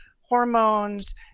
hormones